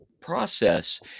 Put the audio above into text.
process